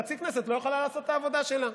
חצי כנסת לא יכולה לעשות את העבודה שלה.